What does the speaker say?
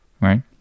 Right